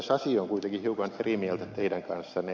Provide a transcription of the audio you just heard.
sasi on kuitenkin hiukan eri mieltä teidän kanssanne